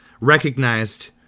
recognized